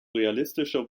realistischer